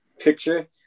picture